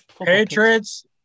Patriots